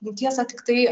tiesa tiktai